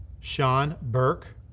sean burk,